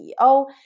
CEO